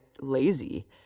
lazy